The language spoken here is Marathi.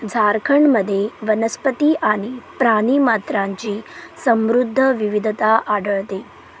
झारखंडमध्ये वनस्पती आणि प्राणीमात्रांची समृद्ध विविधता आढळते